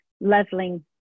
leveling